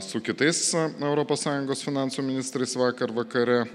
su kitais europos sąjungos finansų ministrais vakar vakare